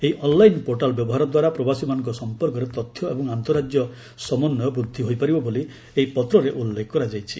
ଏହି online portal ବ୍ୟବହାର ଦ୍ୱାରା ପ୍ରବାସୀମାନଙ୍କ ସଂପର୍କରେ ତଥ୍ୟ ଏବଂ ଆନ୍ତଃରାଜ୍ୟ ସମନ୍ୱୟ ବୃଦ୍ଧି ହୋଇପାରିବ ବୋଲି ଏହି ପତ୍ରରେ ଉଲ୍ଲେଖ କରାଯାଇଛି